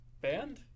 Band